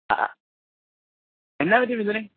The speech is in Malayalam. എന്നാ പറ്റി മിഥുനേ